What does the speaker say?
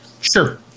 Sure